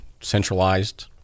centralized